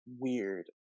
weird